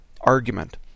argument